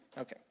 Okay